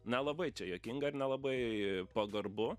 nelabai čia juokinga ir nelabai pagarbu